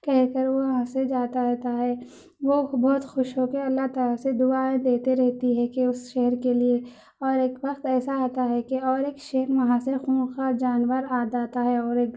کہہ کر وہ وہاں سے جاتا رہتا ہے وہ بہت خوش ہو کے اللّہ تعالیٰ سے دعائیں دیتے رہتی ہے کہ اس شیر کے لیے اور ایک وقت ایسا آتا ہے کہ اور ایک شیر وہاں سے خونخوار جانور آ جاتا ہے اور ایک